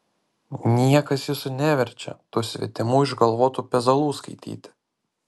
niekas jūsų neverčia tų svetimų išgalvotų pezalų skaityti